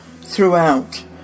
throughout